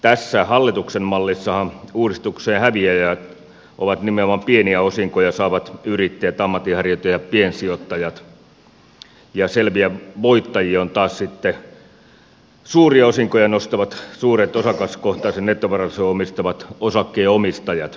tässä hallituksen mallissahan uudistuksen häviäjiä ovat nimenomaan pieniä osinkoja saavat yrittäjät ammatinharjoittajat piensijoittajat ja selviä voittajia ovat taas sitten suuria osinkoja nostavat suuren osakaskohtaisen nettovarallisuuden omistavat osakkeenomistajat